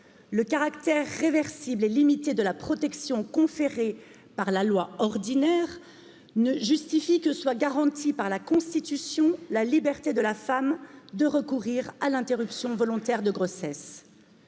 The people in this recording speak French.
le caractère réversible et limité de la protection conférée par la loi ordinaire. justifie que soient garanties par la Constitution la liberté de la femme de recourir à l'interruption volontaire de grossesse.